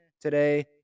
today